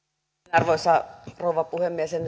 arvoisa rouva puhemies en